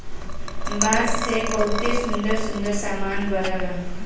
बांस से बहुते सुंदर सुंदर सामान बनला